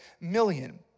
million